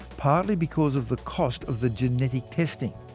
partly because of the cost of the genetic testing.